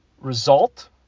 result